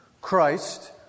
Christ